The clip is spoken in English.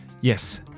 Yes